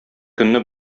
көнне